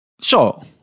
Sure